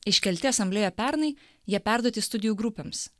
iškelti asamblėja pernai jie perduoti studijų grupėms